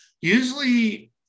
usually